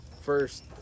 first